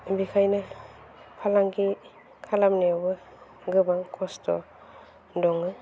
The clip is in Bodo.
बेनिखायनो फालांगि खालामनायावबो गोबां खस्थ' दङ